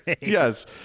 Yes